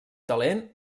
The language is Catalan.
talent